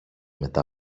μετά